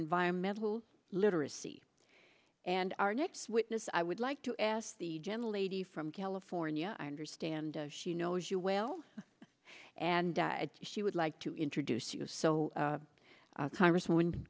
environmental literacy and our next witness i would like to ask the gentle lady from california i understand she knows you well and she would like to introduce you so congresswoman